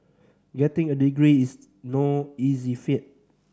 getting a degree is no easy feat